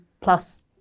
plus